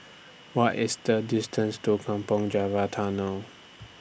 What IS The distance to Kampong Java Tunnel